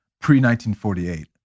pre-1948